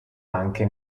anche